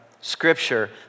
scripture